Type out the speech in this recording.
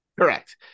correct